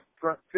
front